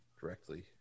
directly